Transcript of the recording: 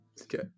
Okay